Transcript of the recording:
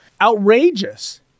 Outrageous